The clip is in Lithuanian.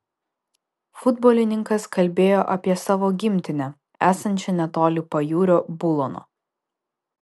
futbolininkas kalbėjo apie savo gimtinę esančią netoli pajūrio bulono